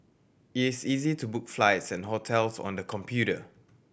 it is easy to book flights and hotels on the computer